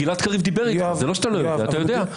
אתה לא הבנת את האירוע,